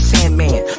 Sandman